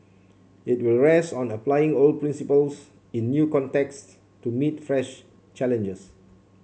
it will rest on applying old principles in new contexts to meet fresh challenges